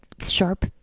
sharp